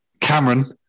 Cameron